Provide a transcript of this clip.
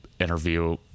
interview